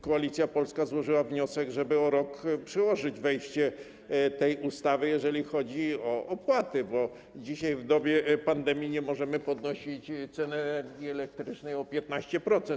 Koalicja Polska złożyła wniosek, żeby o rok przełożyć wejście tej ustawy, jeżeli chodzi o opłaty, bo dzisiaj, w dobie pandemii, nie możemy podnosić ceny energii elektrycznej o 15%.